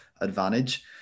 advantage